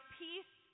peace